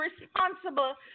responsible